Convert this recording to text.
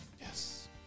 Yes